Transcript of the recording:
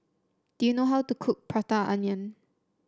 do you know how to cook Butter Calamari